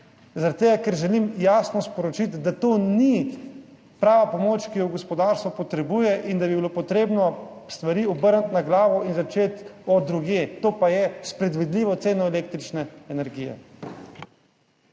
tega, ker želim jasno sporočiti, da to ni prava pomoč, ki jo gospodarstvo potrebuje, in da bi bilo potrebno stvari obrniti na glavo in začeti drugje, to pa je s predvidljivo ceno električne energije.